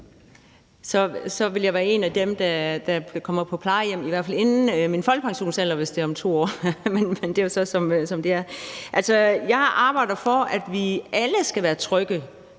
fald være en af dem, der kom på plejehjem inden min folkepensionsalder, hvis det er om 2 år, men det er jo så, som det er. Altså, jeg arbejder for, at vi alle skal være trygge